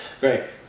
great